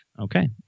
Okay